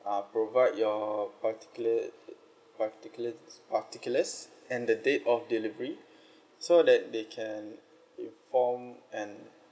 uh provide your particular particular~ particulars and the date of delivery so that they can inform and